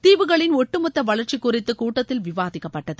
தீவுகளின் ஒட்டுமொத்த வளர்ச்சி குறித்து கூட்டத்தில் விவாதிக்கப்பட்டது